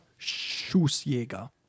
Schussjäger